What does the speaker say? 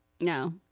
No